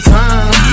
time